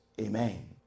Amen